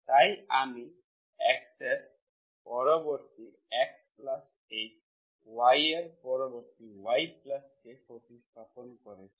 তাই আমি x এর পরিবর্তে Xh y এর পরিবর্তে Yk প্রতিস্থাপিত করেছি